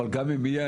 אבל גם אם יהיה,